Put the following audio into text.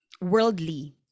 worldly